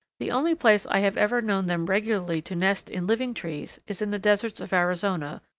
the only place i have ever known them regularly to nest in living trees is in the deserts of arizona,